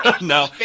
No